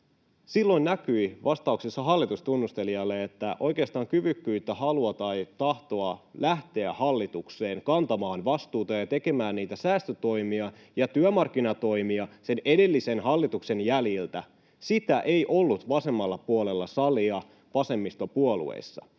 Silloin näkyi vastauksissa hallitustunnustelijalle se, että oikeastaan kyvykkyyttä, halua tai tahtoa lähteä hallitukseen kantamaan vastuuta ja tekemään niitä säästötoimia ja työmarkkinatoimia edellisen hallituksen jäljiltä ei ollut vasemmalla puolella salia vasemmistopuolueissa.